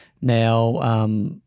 Now –